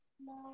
No